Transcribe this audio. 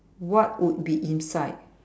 what would be inside